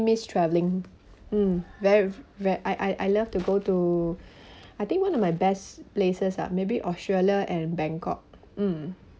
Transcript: miss travelling mm very ve~ I I I love to go to I think one of my best places ah maybe australia and bangkok mm